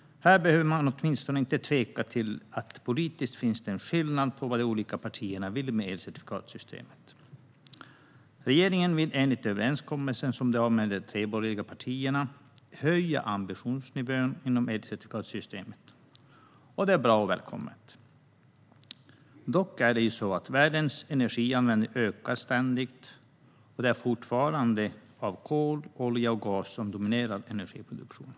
Här behöver man åtminstone inte tvivla på att det finns politiska skillnader i vad de olika partierna vill med elcertifikatssystemet. Regeringen vill enligt överenskommelsen som man gjort med tre borgerliga partier höja ambitionsnivån inom elcertifikatssystemet. Det är bra och välkommet. Dock är det ju så att världens energianvändning ständigt ökar och det fortfarande är kol, olja och gas som dominerar energiproduktionen.